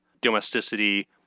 domesticity